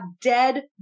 dead